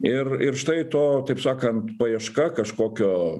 ir ir štai to taip sakant paieška kažkokio